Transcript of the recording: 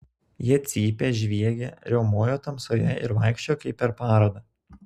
jie cypė žviegė riaumojo tamsoje ir vaikščiojo kaip per parodą